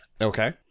Okay